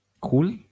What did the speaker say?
Cool